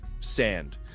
sand